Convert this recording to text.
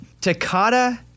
Takata